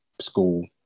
school